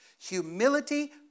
Humility